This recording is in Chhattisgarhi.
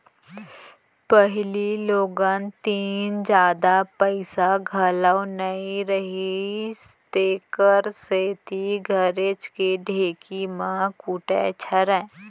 पहिली लोगन तीन जादा पइसा घलौ नइ रहिस तेकर सेती घरेच के ढेंकी म कूटय छरय